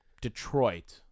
Detroit